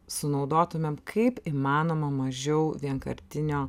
sunaudotumėm kaip įmanoma mažiau vienkartinio